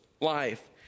life